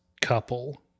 couple